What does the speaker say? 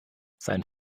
sein